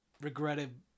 regretted